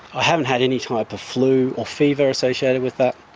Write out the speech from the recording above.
i haven't had any type of flu or fever associated with that.